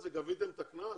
גביתם את הקנס,